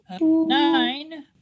Nine